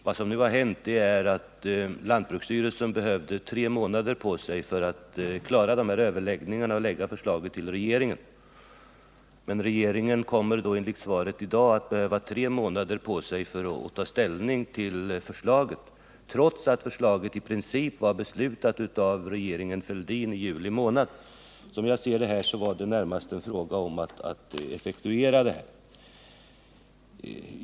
Vad som nu har hänt är att lantbruksstyrelsen tagit tre månader på sig för att genomföra dessa överläggningar och framkomma med förslag till regeringen medan denna, enligt vad som meddelas i dagens svar, kommer att behöva tre månader för att ta ställning till det, trots att saken i princip var beslutad av regeringen Fälldin i juli månad. Som jag ser det gällde det närmast en fråga om att effektuera beslutet.